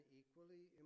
equally